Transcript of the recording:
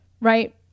right